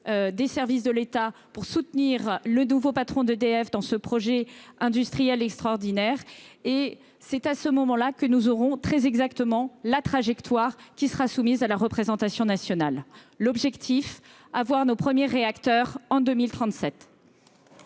des services de l'État pour soutenir le nouveau patron d'EDF dans ce projet industriel extraordinaire. C'est à ce moment-là que nous connaîtrons très exactement la trajectoire qui sera soumise à la représentation nationale. L'objectif est de recevoir nos premiers réacteurs en 2037.